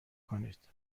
کنید